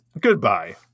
Goodbye